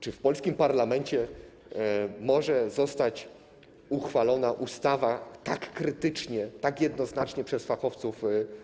Czy w polskim parlamencie może zostać uchwalona ustawa tak krytycznie, tak jednoznacznie oceniona przez fachowców?